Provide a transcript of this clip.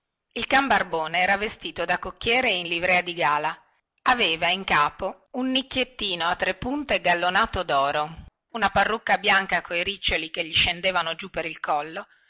uomo il can barbone era vestito da cocchiere in livrea di gala aveva in capo un nicchiettino a tre punte gallonato doro una parrucca bianca coi riccioli che gli scendevano giù per il collo